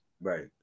Right